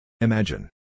Imagine